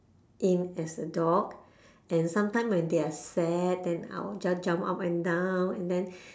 in as a dog and sometimes when they are sad then I'll just jump up and down and then